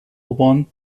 won